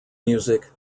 music